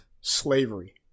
slavery